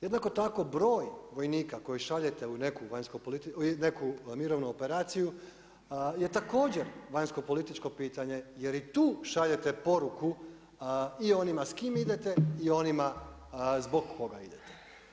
Jednako tako broj vojnika koji šaljete u neku mirovnu operaciju je također vanjsko-političko pitanje jer i tu šaljete poruku i onima s kim idete i onima zbog koga idete.